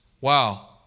Wow